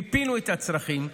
מיפינו את הצרכים,